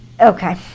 Okay